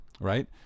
right